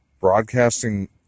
Broadcasting